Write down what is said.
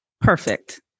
Perfect